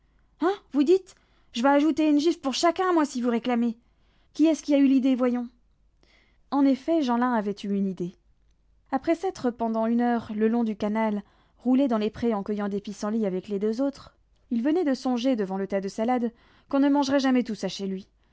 hein vous dites je vas ajouter une gifle pour chacun moi si vous réclamez qui est-ce qui a eu l'idée voyons en effet jeanlin avait eu une idée après s'être pendant une heure le long du canal roulé dans les prés en cueillant des pissenlits avec les deux autres il venait de songer devant le tas de salade qu'on ne mangerait jamais tout ça chez lui